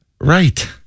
Right